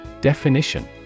Definition